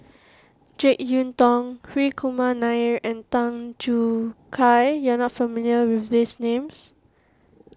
Jek Yeun Thong Hri Kumar Nair and Tan Choo Kai you are not familiar with these names